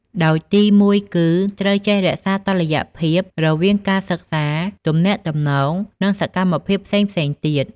ដោយទីមួយគឺ ត្រូវចេះ រក្សាតុល្យភាព រវាងការសិក្សា ទំនាក់ទំនង និងសកម្មភាពផ្សេងៗទៀត។